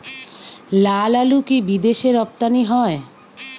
লালআলু কি বিদেশে রপ্তানি হয়?